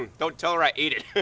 and don't tell her i ate it.